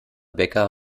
bäcker